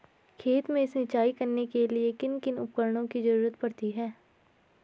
खेत में सिंचाई करने के लिए किन किन उपकरणों की जरूरत पड़ती है?